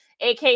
AK